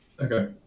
Okay